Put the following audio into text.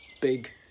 big